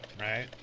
right